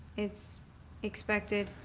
it's expected.